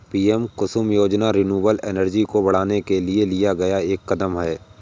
PM Kusum योजना renewable energy को बढ़ाने के लिए लिया गया एक कदम है